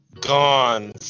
gone